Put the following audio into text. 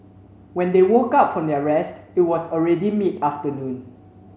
when they woke up from their rest it was already mid afternoon